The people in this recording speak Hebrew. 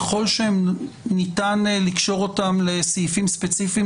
ככל שניתן לקשור אותן לסעיפים ספציפיים,